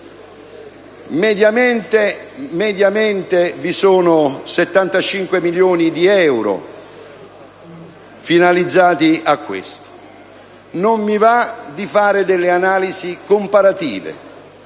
Mediamente vi sono 75 milioni di euro finalizzati a questo scopo: non mi va di fare delle analisi comparative,